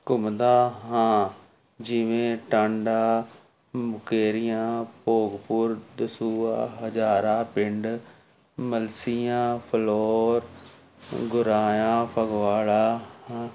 ਘੁੰਮਦਾ ਹਾਂ ਜਿਵੇਂ ਟਾਂਡਾ ਮੁਕੇਰੀਆਂ ਭੋਗਪੁਰ ਦਸੂਆ ਹਜਾਰਾ ਪਿੰਡ ਮਲਸੀਆਂ ਫਲੋਰ ਗੁਰਾਇਆ ਫਗਵਾੜਾ ਹੰ